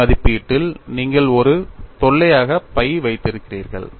G மதிப்பீட்டில் நீங்கள் ஒரு தொல்லையாக pi வைத்திருந்தீர்கள்